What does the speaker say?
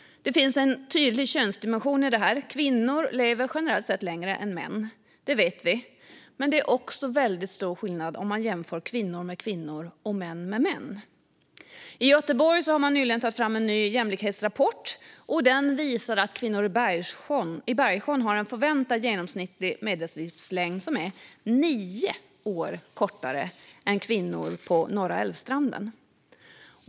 Det finns en tydlig könsdimension i det här. Kvinnor lever generellt sett längre än män. Det vet vi. Men det är också väldigt stor skillnad om man jämför kvinnor med kvinnor och män med män. I Göteborg har man nyligen tagit fram en ny jämlikhetsrapport. Den visar att kvinnor i Bergsjön har en förväntad genomsnittlig medellivslängd som är nio år kortare än för kvinnor på Norra Älvstranden.